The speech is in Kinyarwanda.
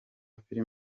film